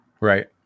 Right